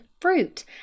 fruit